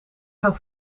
gaan